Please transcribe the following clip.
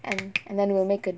and and then we'll make a